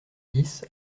dix